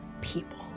people